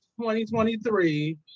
2023